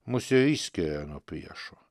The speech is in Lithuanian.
mus ir išskiria nuo priešų